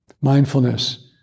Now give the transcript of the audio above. Mindfulness